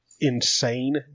insane